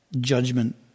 judgment